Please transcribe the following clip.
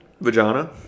Vagina